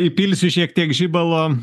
įpilsiu šiek tiek žibalo